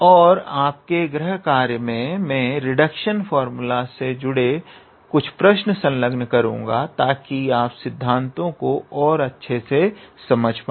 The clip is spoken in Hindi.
और आपके गृह कार्य में मैं रिडक्शन फार्मूला से जुड़े कुछ प्रश्न संलग्न करूंगा ताकि आप सिद्धांतों को और अच्छे से समझ पाएं